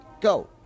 go